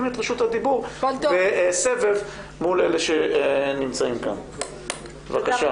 אנחנו בשוברות שוויון הגשנו מסמך משפטי שמראה,